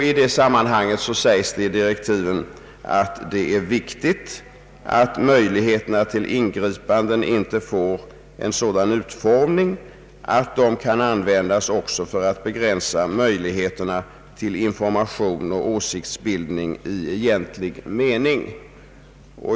I det sammanhanget påpekas det i direktiven att det är viktigt att möjligheterna till ingripanden inte får en sådan utformning att de kan användas också för att begränsa tillfällena till information och åsiktsbildning i egentlig mening.